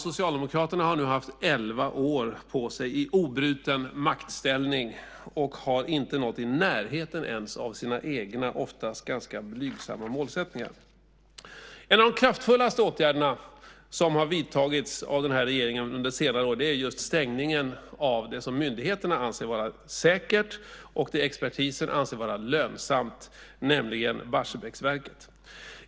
Socialdemokraterna har nu haft elva år på sig i obruten maktställning, och de har inte ens nått i närheten av sina egna oftast ganska blygsamma mål. En av de kraftfullaste åtgärderna som har vidtagits av regeringen under senare år är stängningen av det som myndigheterna anser vara säkert och det expertisen anser vara lönsamt, nämligen Barsebäcksverket.